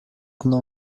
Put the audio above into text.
know